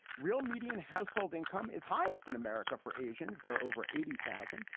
real median household income is highest in america for asians there. over eighty thousand.